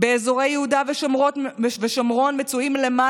אבל בתוך כל שיח הריבונות מתקיים בימים